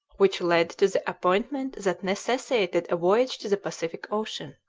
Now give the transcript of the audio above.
which led to the appointment that necessitated a voyage to the pacific ocean.